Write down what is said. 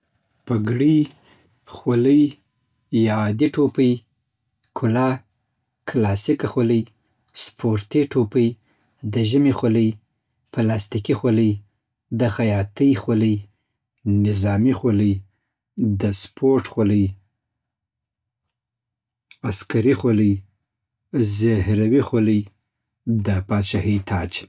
پګړۍ خولی یا عادي ټوپۍ کلاه کلاسيکي خولۍ سپورتي ټوپۍ د ژمی خولۍ پلاسټيکي خولۍ د خیاطۍ خولۍ نظامي خولۍ د سپورټ خولۍ عسکری خولی زهروی خولی د پادشاهی تاج